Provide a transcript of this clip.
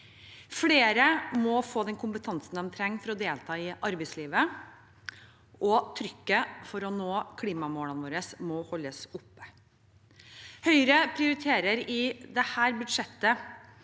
Flere må få den kompetansen de trenger for å delta i arbeidslivet, og trykket for å nå klimamålene våre må holdes oppe. Høyre prioriterer i dette budsjettet